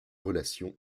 relation